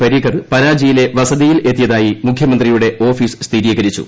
പരീക്കർ പനാജിയിലെ വസതിയിൽ എത്തിയതായി മുഖ്യമന്ത്രിയുടെ ഓഫീസ് സ്ഥിരീകരിച്ചു